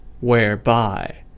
whereby